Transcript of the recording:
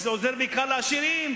שזה עוזר בעיקר לעשירים,